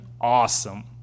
awesome